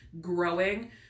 growing